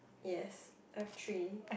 yes I have three